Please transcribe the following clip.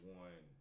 one